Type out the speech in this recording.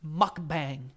Mukbang